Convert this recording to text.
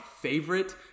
favorite